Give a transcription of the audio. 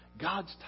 God's